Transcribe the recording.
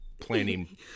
planning